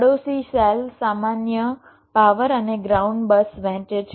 પડોશી સેલ સામાન્ય પાવર અને ગ્રાઉન્ડ બસ વહેંચે છે